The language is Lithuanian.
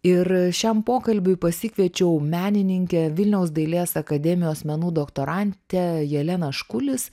ir šiam pokalbiui pasikviečiau menininkę vilniaus dailės akademijos menų doktorantę jeleną škulis